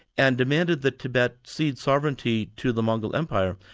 and demanded that tibet cede sovereignty to the mongol empire.